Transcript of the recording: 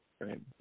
right